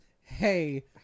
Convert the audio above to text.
hey